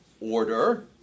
order